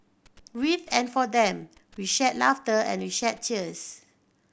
with and for them we shared laughter and we shed tears